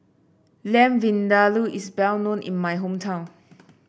Lamb Vindaloo is well known in my hometown